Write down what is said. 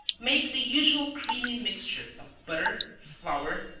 make the usual creamy mixture of butter, flour,